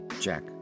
Jack